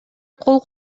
кол